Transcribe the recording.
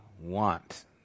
want